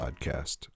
Podcast